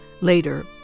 Later